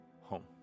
home